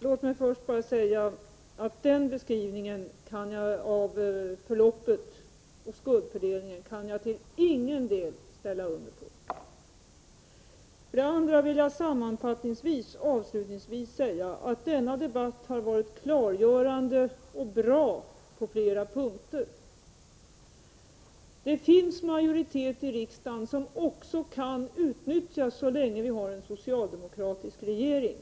Låt mig först säga att jag till ingen del kan ställa upp på den framförda skuldfördelningen och beskrivningen av förloppet. Jag vill också sammanfattningsvis och avslutningsvis säga att denna debatt har varit klargörande och bra på flera punkter. Det finns en majoritet i riksdagen för att fullfölja folkomröstningsbeslutet som också kan utnyttjas så länge vi har en socialdemokratisk regering.